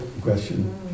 question